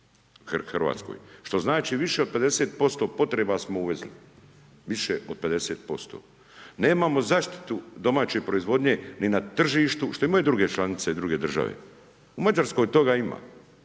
u RH što znači više od 50% potreba smo uvezli. Više od 50%. Nemamo zaštitu domaće proizvodnje ni na tržištu što imaju druge članice druge države. U Mađarskoj toga ima.